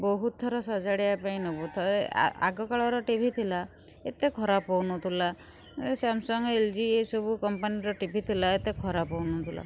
ବହୁତ ଥର ସଜାଡ଼ିବା ପାଇଁ ନେବୁ ଥରେ ଆଗକାଳର ଟିଭି ଥିଲା ଏତେ ଖରାପ ହେଉନଥିଲା ଏ ସ୍ୟାମସଙ୍ଗ୍ ଏଲ୍ ଜି ଏସବୁ କମ୍ପାନୀର ଟିଭି ଥିଲା ଏତେ ଖରାପ ହେଉନଥିଲା